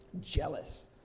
jealous